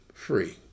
Free